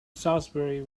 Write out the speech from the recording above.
salisbury